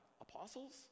apostles